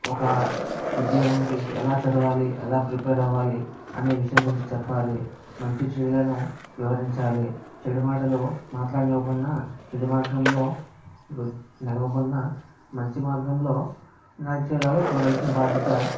ఒక ఉద్యోగానికి ఎలా చదవాలి ఎలా ప్రిపేర్ అవ్వాలి అనే విషయం గురించి చెప్పాలి మంచి చెడులను వివరించాలి చెడు మాటలు మాట్లాడనివ్వకుండా చెడు మార్గంలో నడవకుండా మంచి మార్గంలో నడిచేలాగా చూడాల్సిన బాధ్యత